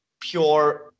pure